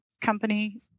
company